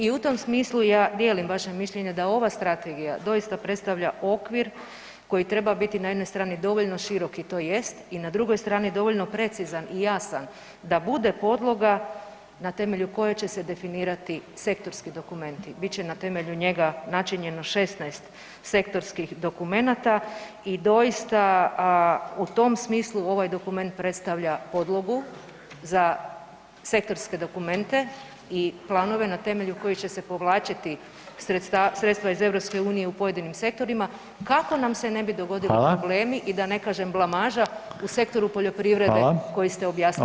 I u tom smislu ja dijelim vaše mišljenje da ova strategija doista predstavlja okvir koji treba biti na jednoj strani dovoljno širok i to jest i na drugoj strani dovoljno precizan i jasan da bude podloga na temelju koje će se definirati sektorski dokumenti, bit će na temelju njega načinjeno 16 sektorskih dokumenata i doista u tom smislu ovaj dokument predstavlja podlogu za sektorske dokumente i planove na temelju kojih će se povlačiti sredstva iz EU u pojedinim sektorima kako nam se ne bi dogodili problemi i da ne kažem blamaža u sektoru poljoprivrede koji ste objasnili i dali